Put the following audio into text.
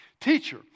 Teacher